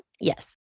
Yes